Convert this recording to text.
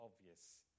obvious